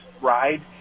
ride